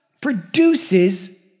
produces